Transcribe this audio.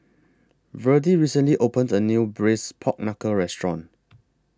Verdie recently opened A New Braised Pork Knuckle Restaurant